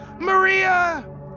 Maria